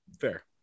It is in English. Fair